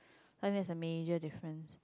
unless a major different